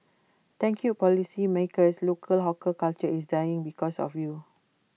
thank you policymakers local hawker culture is dying because of you